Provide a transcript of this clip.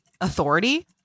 authority